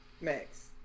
Max